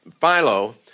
Philo